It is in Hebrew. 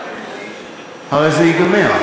הרי זה ייגמר.